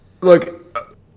look